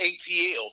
ATL